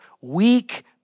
weak